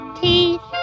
teeth